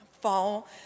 Fall